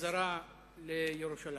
בחזרה לירושלים,